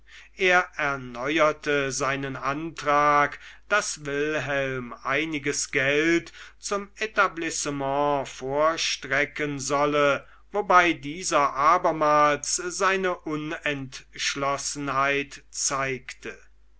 er erneuerte seinen antrag daß wilhelm einiges geld zum etablissement vorstrecken solle wobei dieser abermals seine unentschlossenheit zeigte